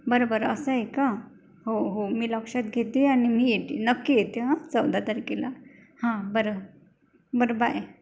बरं बरं असं आहे का हो हो मी लक्षात घेते आणि मी येते नक्की येते हां चौदा तारखेला हां बरं बरं बाय